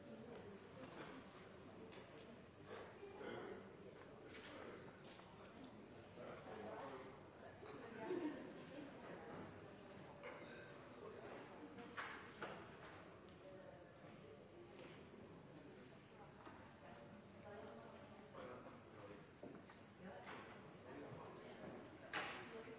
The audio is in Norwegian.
Takk, president – det er